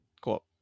Cool